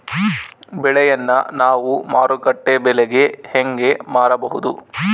ಬೆಳೆಯನ್ನ ನಾವು ಮಾರುಕಟ್ಟೆ ಬೆಲೆಗೆ ಹೆಂಗೆ ಮಾರಬಹುದು?